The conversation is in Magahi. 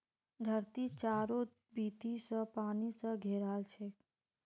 धरती चारों बीती स पानी स घेराल छेक